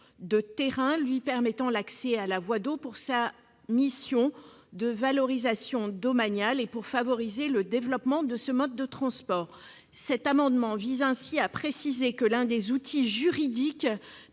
de terrains lui permettant l'accès à la voie d'eau pour sa mission de valorisation domaniale, ce qui permettrait de favoriser le développement de ce mode de transport. Cet amendement vise ainsi à préciser que l'un des outils juridiques